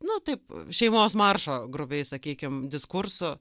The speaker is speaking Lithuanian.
nu taip šeimos maršo grubiai sakykim diskursu